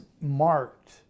marked